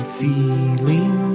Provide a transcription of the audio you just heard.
feeling